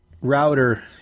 router